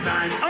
Time